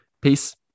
Peace